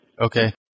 Okay